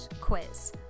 quiz